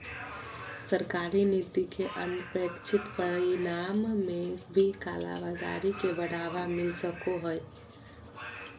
सरकारी नीति के अनपेक्षित परिणाम में भी कालाबाज़ारी के बढ़ावा मिल सको हइ